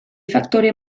faktore